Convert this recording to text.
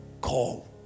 call